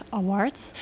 awards